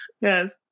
yes